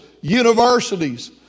universities